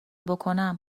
بکنم